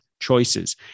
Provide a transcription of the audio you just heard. choices